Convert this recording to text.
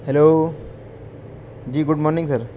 hello جی good morning سر